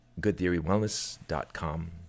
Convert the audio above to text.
goodtheorywellness.com